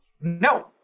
no